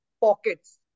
pockets